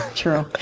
true.